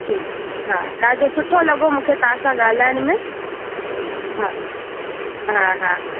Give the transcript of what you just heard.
जी हा ॾाढो सुठो लॻो मूंखे तव्हां सां ॻाल्हाइण में हा हा हा